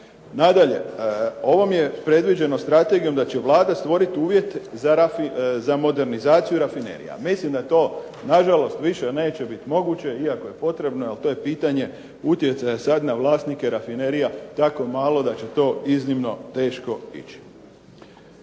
Nadalje, ovom je predviđeno strategijom da će Vlada stvoriti uvjet za modernizaciju rafinerija. Mislim da to nažalost više neće biti moguće iako je potrebno jer to je pitanje utjecaja sad na vlasnike rafinerija tako malo da će to iznimno teško ići.